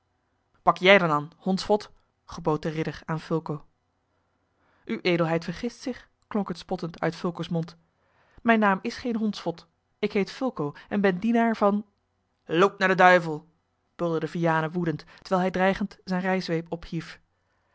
pak jij dan aan hondsvot gebood de ridder aan fulco uwe edelheid vergist zich klonk het spottend uit fulco's mond mijn naam is geen hondsvot ik heet fulco en ben dienaar van loop naar den duivel bulderde vianen woedend terwijl hij dreigend zijne rijzweep ophief